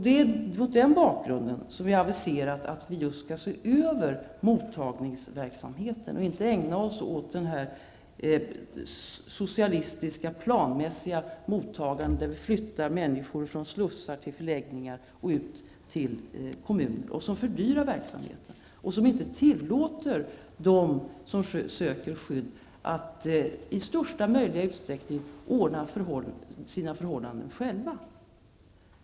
Det är mot den bakgrunden som regeringen har aviserat att vi skall se över mottagningsverksamheten, i stället för att ägna oss åt det socialistiska, planmässiga mottagandet att flytta människor från slussar till förläggningar och ut till kommuner. Sådant fördyrar verksamheten och tillåter inte dem som söker skydd att i största möjliga utsträckning ordna sina förhållanden själva.